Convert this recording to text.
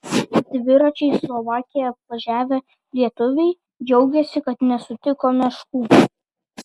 dviračiais slovakiją apvažiavę lietuviai džiaugiasi kad nesutiko meškų